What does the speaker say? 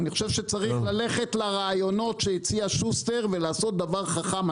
אני חושב שצריך ללכת לרעיונות שהציע שוסטר ולעשות דבר חכם.